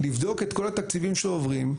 לבדוק את כל התקציבים שעוברים,